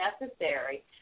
necessary